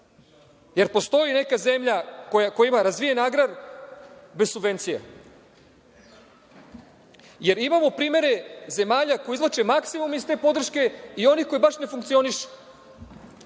Jel postoji neka zemlja koja ima razvijen agrar bez subvencija? Imamo primere zemalja koje izvlače maksimum iz te podrške i onih koji baš ne funkcionišu.